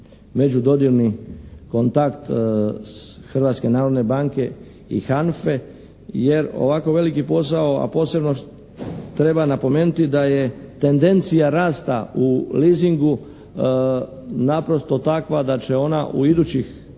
narodne banke i HANFA-e. Jer, ovako veliki posao, a posebno treba napomenuti da je tendencija rasta u leasingu naprosto takva da će ona u idućoj